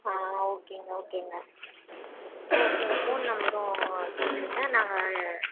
ஆ ஓகேங்க ஓகேங்க okay phone நம்பரும் சொல்லிவிடுங்க நாங்கள்